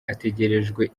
ategerejwe